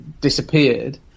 disappeared